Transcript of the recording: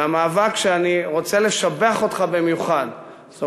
והמאבק שאני רוצה לשבח אותך במיוחד עליו זה